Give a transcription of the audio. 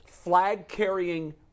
flag-carrying